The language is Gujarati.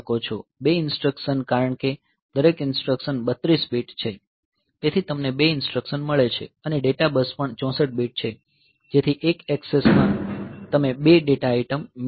બે ઇન્સટ્રકશન કારણ કે દરેક ઇન્સટ્રકશન 32 બીટ છે તેથી તમને બે ઇન્સટ્રકશન મળે છે અને ડેટા બસ પણ 64 બીટ છે જેથી એક ઍક્સેસમાં તમે બે ડેટા આઇટમ મેળવી શકો